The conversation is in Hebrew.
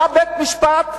בא בית-משפט,